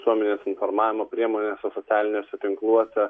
visuomenės informavimo priemonėse socialiniuose tinkluose